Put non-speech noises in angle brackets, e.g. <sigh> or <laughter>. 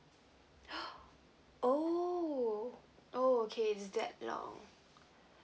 <breath> oh oh okay it's that long